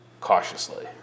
cautiously